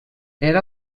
era